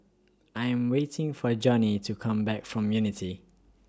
I Am waiting For Johney to Come Back from Unity